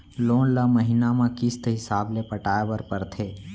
loan ल महिना म किस्त हिसाब ले पटाए बर परथे